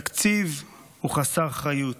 התקציב הוא חסר אחריות.